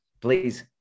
please